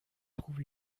trouve